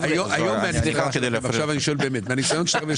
מהניסיון שלכם,